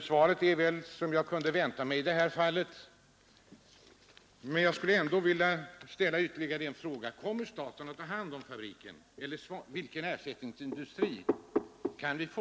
Svaret är såsom jag kunde vänta mig i detta fall, men jag vill ändå ställa ytterligare en fråga: Kommer staten att ta hand om fabriken, eller vilken ersättningsindustri kan vi få?